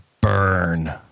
burn